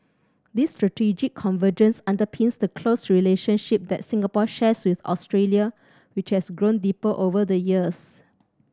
this strategic convergence underpins the close relationship that Singapore shares with Australia which has grown deeper over the years